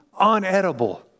unedible